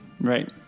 Right